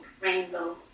rainbow